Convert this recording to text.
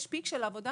אם יש פיק של עבודה,